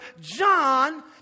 John